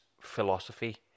philosophy